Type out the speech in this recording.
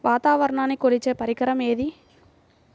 వాతావరణాన్ని కొలిచే పరికరం ఏది?